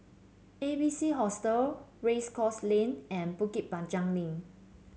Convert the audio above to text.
A B C Hostel Race Course Lane and Bukit Panjang Link